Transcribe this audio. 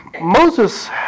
Moses